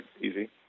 easy